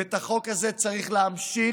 את החוק הזה צריך להמשיך